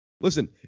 Listen